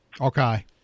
Okay